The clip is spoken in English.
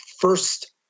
first